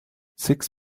six